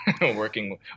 Working